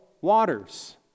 waters